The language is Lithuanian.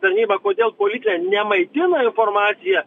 tarnybą kodėl policija nemaitina informaciją